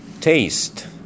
Taste